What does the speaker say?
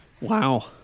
Wow